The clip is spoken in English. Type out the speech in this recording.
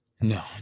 No